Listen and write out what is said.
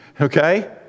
Okay